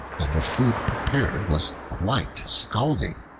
and the food prepared was quite scalding.